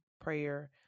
prayer